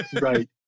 right